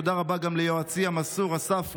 תודה רבה גם ליועצי המסור אסף רעני,